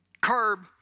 curb